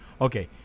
Okay